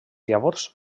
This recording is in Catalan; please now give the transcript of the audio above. llavors